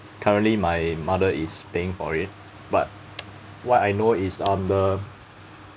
currently my mother is paying for it but what I know is um the